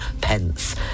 pence